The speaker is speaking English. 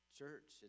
church